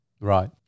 Right